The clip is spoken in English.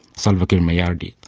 salva kiir mayardit.